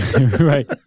Right